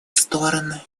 стороны